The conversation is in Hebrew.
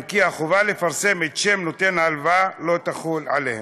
אם כי החובה לפרסם את שם נותן ההלוואה לא תחול עליהם.